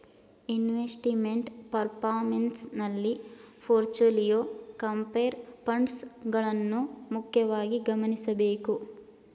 investment performance ನಲ್ಲಿ portfolio, compare funds ಗಳನ್ನ ಮುಖ್ಯವಾಗಿ ಗಮನಿಸಬೇಕು